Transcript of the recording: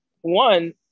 one